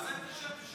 אתה אומר לי בושה